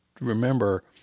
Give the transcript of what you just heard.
remember